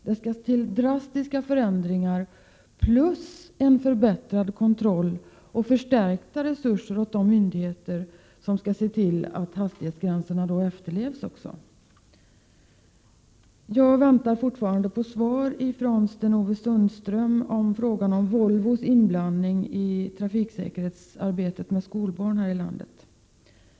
Det skall till drastiska förändringar, och dessutom en förbättrad kontroll och förstärkta resurser till de myndigheter som skall se till att hastighetsbestämmelserna efterföljs. Jag väntar fortfarande på svar från Sten-Ove Sundström på frågan om Volvos inblandning i arbetet med trafiksäkerhet för skolbarn här i landet.